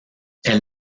elle